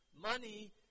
money